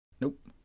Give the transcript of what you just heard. Nope